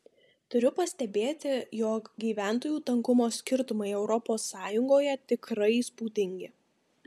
turiu pastebėti jog gyventojų tankumo skirtumai europos sąjungoje tikrai įspūdingi